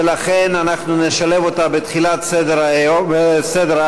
ולכן נשלב אותה בתחילת סדר החקיקה.